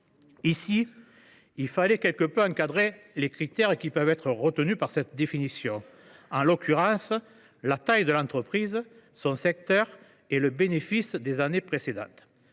cas, il fallait quelque peu encadrer les critères pouvant être retenus pour cette définition, en l’occurrence la taille de l’entreprise, son secteur et le bénéfice des années précédentes.